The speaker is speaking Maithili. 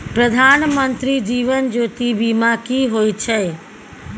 प्रधानमंत्री जीवन ज्योती बीमा की होय छै?